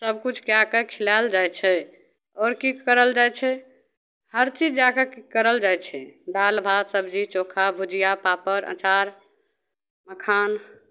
सबकिछु कै के खिलाएल जाइ छै आओर कि करल जाइ छै हरचीज जा के करल जाइ छै दालि भात सबजी चोखा भुजिआ पापड़ अचार मखान